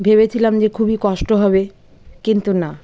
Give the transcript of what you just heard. ভেবেছিলাম যে খুবই কষ্ট হবে কিন্তু না